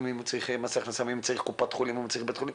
אם הוא צריך מס הכנסה ואם הוא צריך קופת חולים ואם הוא צריך בית חולים,